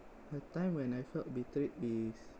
a time when I felt betrayed is